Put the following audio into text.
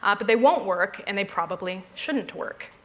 um but they won't work and they probably shouldn't work.